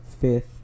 fifth